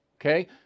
Okay